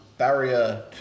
Barrier